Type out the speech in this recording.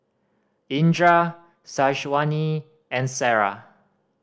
Indra Syazwani and Sarah